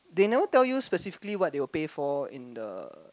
they never tell you specifically what they will pay for in the